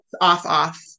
Off-off